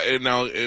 now